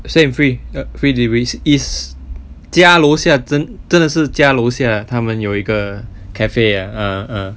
same free free delivery is 家楼下真真的是家楼下他们有一个 cafe ah err err